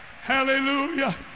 hallelujah